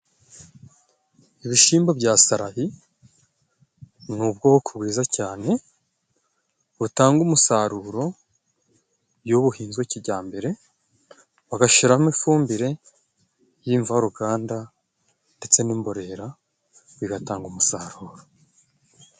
Ibishyimbo bya sarahi ni ubwoko bwiza cyane, butanga umusaruro iyo buhinzwe kijyambere, bagashyiramo ifumbire y'imvaruganda ndetse n'imborera, bigatanga umusaruro.